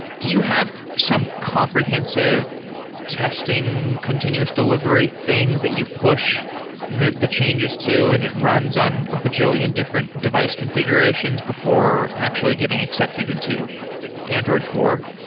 do you have some comprehensive testing, continuous delivery thing that you push the the changes to and it runs on a bajillion different device configurations before actually getting accepted into android core?